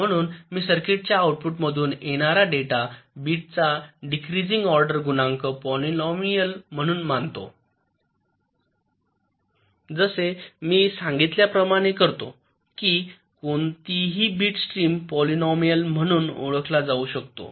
म्हणून मी सर्किटच्या आऊटपुटमधून येणार्या डेटा बिटचा डिक्रीजिंग ऑर्डर गुणांक पॉलिनोमियाल म्हणून मानतो जसे मी सांगितल्याप्रमाणे करतो की कोणताही बिट स्ट्रीम पॉलिनोमियालम्हणून ओळखला जाऊ शकतो